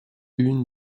une